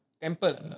temple